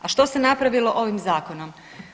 A što se napravilo ovim zakonom?